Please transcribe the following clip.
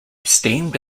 steamed